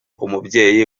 umubyeyi